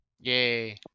Yay